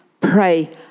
Pray